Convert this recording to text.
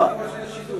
יחד עם רשות השידור.